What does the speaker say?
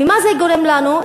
ומה זה גורם לנו?